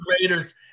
Raiders